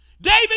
David